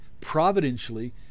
providentially